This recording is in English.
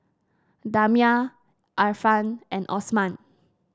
Damia Irfan and Osman